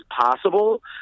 possible